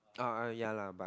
ah ya la but